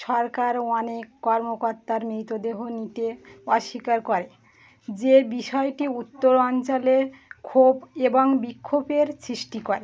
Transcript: সরকার অনেক কর্মকর্তার মৃতদেহ নিতে অস্বীকার করে যে বিষয়টি উত্তরাঞ্চলে ক্ষোভ এবং বিক্ষোভের সৃষ্টি করে